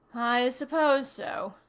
i suppose so,